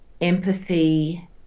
empathy